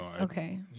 okay